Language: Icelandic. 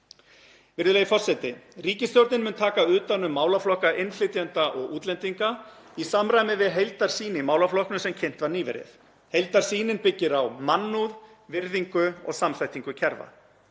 Virðulegi forseti. Ríkisstjórnin mun taka utan um málaflokka innflytjenda og útlendinga í samræmi við heildarsýn í málaflokknum sem kynnt var nýverið. Heildarsýnin byggir á mannúð, virðingu og samþættingu kerfa.